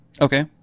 Okay